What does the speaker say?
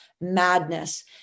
madness